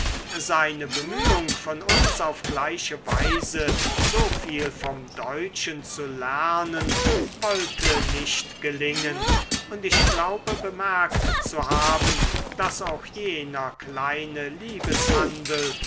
seine bemühung von uns auf gleiche weise so viel vom deutschen zu lernen wollte nicht gelingen und ich glaube bemerkt zu haben daß auch jener kleine